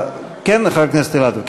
כן, חבר הכנסת אילטוב.